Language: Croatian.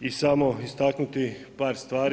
i samo istaknuti par stvari.